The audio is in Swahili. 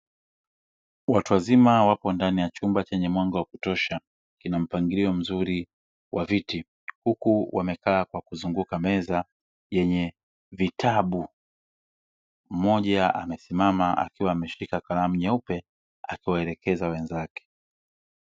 Watu wazima wapo ndani ya chumba chenye mwanga wa kutosha kina mpangilio mzuri wa viti huku wamekaa kwa kuzunguka meza yenye vitabu, mmoja amesimama nyeupe akawaelekeza wenzake.